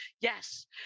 Yes